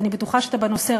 אני בטוחה שאתה בנושא,